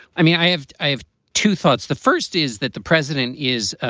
i mean, i have i have two thoughts. the first is that the president is.